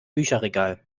bücherregal